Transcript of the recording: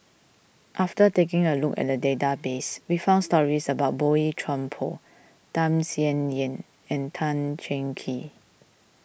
after taking a look at the database we found stories about Boey Chuan Poh Tham Sien Yen and Tan Cheng Kee